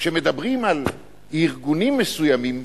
כשמדברים על ארגונים מסוימים